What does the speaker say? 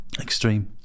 Extreme